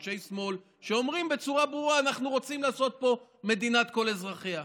אנשי שמאל אומרים בצורה ברורה: אנחנו רוצים לעשות פה מדינת כל אזרחיה,